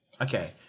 Okay